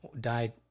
died